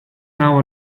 now